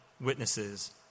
witnesses